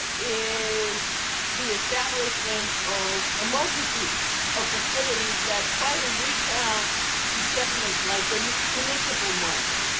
is the establishment of a multitude of facilities that try to reach out to segments like the municipal market,